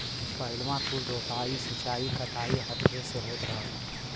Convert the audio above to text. पहिलवाँ कुल रोपाइ, सींचाई, कटाई हथवे से होत रहल